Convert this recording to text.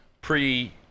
pre